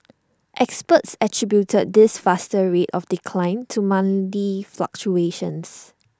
experts attributed this faster rate of decline to monthly fluctuations